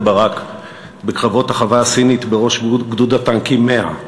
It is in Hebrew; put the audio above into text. ברק בקרבות החווה הסינית בראש גדוד הטנקים 100,